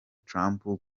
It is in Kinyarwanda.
trump